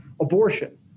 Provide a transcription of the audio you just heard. abortion